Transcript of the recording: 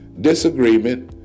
disagreement